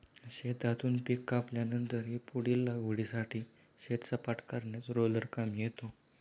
शेतातून पीक कापल्यानंतरही पुढील लागवडीसाठी शेत सपाट करण्यात रोलर कामी येतो